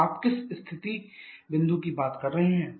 फिर आप किस स्थिति बिंदु की बात कर रहे हैं